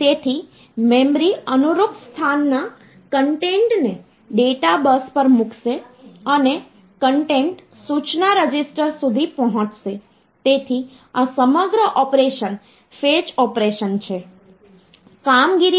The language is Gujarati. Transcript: તેથી યુક્તિ એ છે કે જ્યારે તમે ડેસિમલ નંબર સિસ્ટમમાંથી વિવિધ આધારની નંબર સિસ્ટમમાં રૂપાંતરિત કરો છો ત્યારે એ સંખ્યાને તે આધાર દ્વારા પુનરાવર્તિત રીતે વિભાજિત